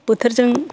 बोथोरजों